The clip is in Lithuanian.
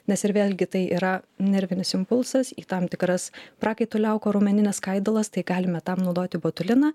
nes ir vėlgi tai yra nervinis impulsas į tam tikras prakaito liaukų raumenines skaidulas tai galime tam naudoti botuliną